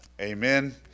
Amen